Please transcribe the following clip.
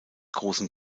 großen